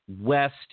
west